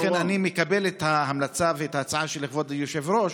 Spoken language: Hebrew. לכן אני מקבל את ההמלצה ואת ההצעה של כבוד היושב-ראש